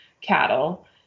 cattle